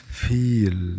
feel